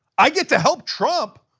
i get to help trump?